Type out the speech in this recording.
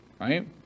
right